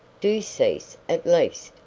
do cease, at least,